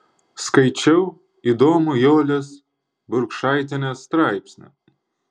skaičiau įdomų jolės burkšaitienės straipsnį